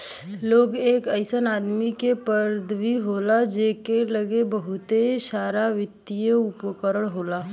लांग एक अइसन आदमी के पदवी होला जकरे लग्गे बहुते सारावित्तिय उपकरण होला